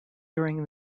during